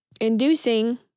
inducing